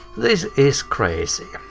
this is crazy.